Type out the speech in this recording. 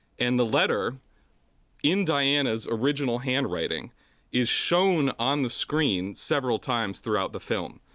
and the letter in diana's original handwriting is shown on the screen several times throughout the film.